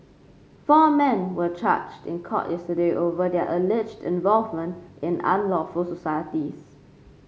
four men were charged in court yesterday over their alleged involvement in unlawful societies